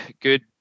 good